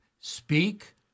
Speak